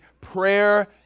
prayer